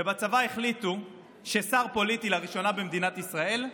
בצבא החליטו שלראשונה במדינת ישראל,